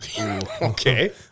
Okay